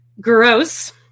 Gross